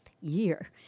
year